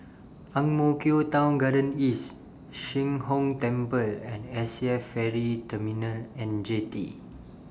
Ang Mo Kio Town Garden East Sheng Hong Temple and SAF Ferry Terminal and Jetty